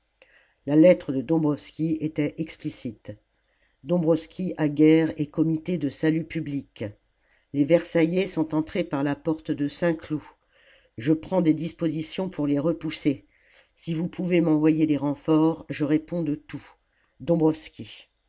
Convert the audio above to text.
la lettre de dombwroski était explicite dombwroski à guerre et comité de salut public les versaillais sont entrés par la porte de saint-cloud je prends des dispositions pour les repousser si vous pouvez m'envoyer des renforts je réponds de tout